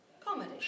Comedy